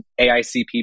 AICP